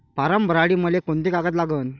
Form भरासाठी मले कोंते कागद लागन?